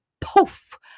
poof